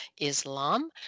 islam